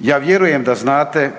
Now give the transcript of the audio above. Ja vjerujem da znate